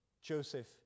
Joseph